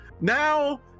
now